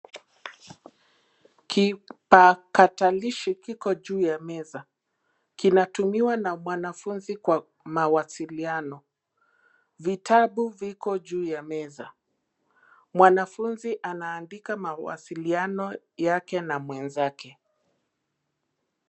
Kipakatalishi kiko juu ya meza. Kinatumiwa na mwanafunzi kwa mawasiliano. Vitabu viko juu ya meza. Mwanafunzi anaandika mawasiliano yake na mwenzake.